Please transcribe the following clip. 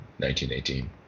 1918